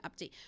update